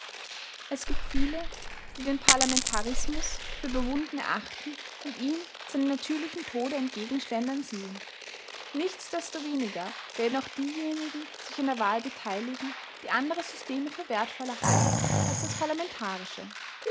es gibt viele die den parlamentarismus für überwunden erachten und ihn seinem natürlichen tode entgegenschlendern sehen nichtsdestoweniger werden auch diejenigen sich an der wahl beteiligen die andere systeme für wertvoller halten als das parlamentarische